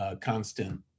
constant